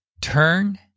Turn